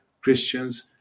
Christians